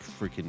freaking